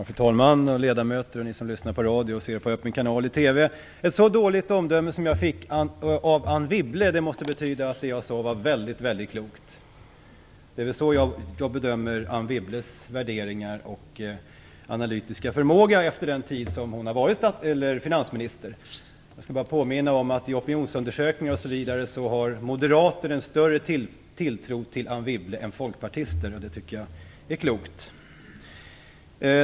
Fru talman! Ledamöter och ni som lyssnar på radio eller ser på Öppna Kanalen i TV! Att jag fick ett så dåligt omdöme av Anne Wibble måste betyda att det jag sade var väldigt, väldigt klokt. Det är så jag, efter Anne Wibbles tid som finansminister, bedömer hennes värderingar och analytiska förmåga. Jag vill påminna om att det i bl.a. opinionsundersökningar visar sig att moderater har en större tilltro till Anne Wibble än folkpartister, och det tycker jag är klokt.